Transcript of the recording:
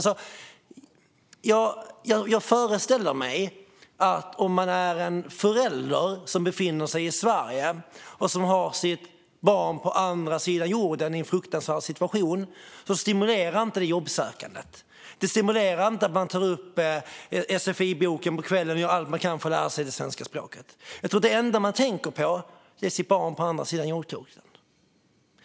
Jag föreställer mig att om man är en förälder som befinner sig i Sverige och som har sitt barn på andra sidan jorden i en fruktansvärd situation så stimulerar det inte jobbsökandet. Det stimulerar inte att man tar upp sfi-boken på kvällen och gör allt man kan för att lära sig det svenska språket. Jag tror att det enda man tänker på är sitt barn på andra sidan jordklotet.